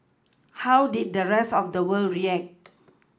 how did the rest of the world react